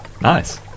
Nice